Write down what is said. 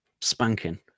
spanking